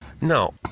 No